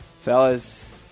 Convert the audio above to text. Fellas